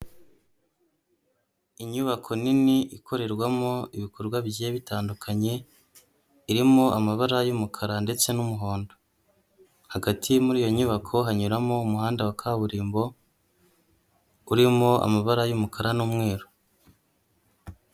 Inyubako nini ikorerwamo ibikorwa bigiye bitandukanye, irimo amabara y'umukara ndetse n'umuhondo. Hagati muri iyo nyubako hanyuramo umuhanda wa kaburimbo, urimo amabara y'umukara n'umweru.